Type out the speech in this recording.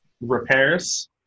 repairs